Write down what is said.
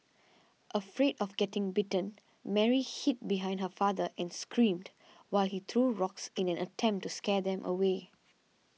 afraid of getting bitten Mary hid behind her father and screamed while he threw rocks in an attempt to scare them away